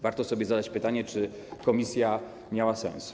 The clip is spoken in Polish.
Warto sobie zadać pytanie: Czy komisja miała sens?